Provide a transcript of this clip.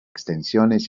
extensiones